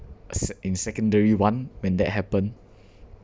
a sec~ in secondary one when that happened